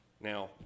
Now